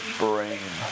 brain